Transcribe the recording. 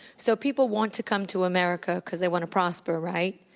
so people want to come to america because they want to prosper, right?